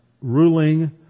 ruling